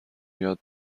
یاد